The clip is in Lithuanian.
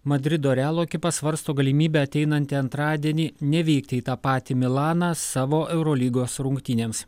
madrido realo ekipa svarsto galimybę ateinantį antradienį nevykti į tą patį milaną savo eurolygos rungtynėms